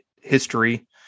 history